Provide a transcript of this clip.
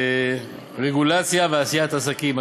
השבוע, רגולציה ועשיית עסקים.